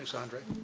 um so andre.